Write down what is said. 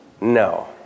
No